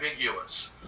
ambiguous